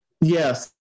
yes